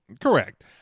Correct